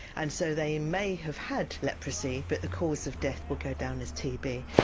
and so they may have had leprosy but the cause of death will go down as tb.